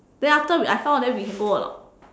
then after uh some of them we can go or not